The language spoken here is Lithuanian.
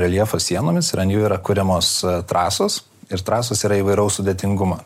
reljefo sienomis ir ant jų yra kuriamos trasos ir trasos yra įvairaus sudėtingumo